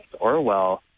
Orwell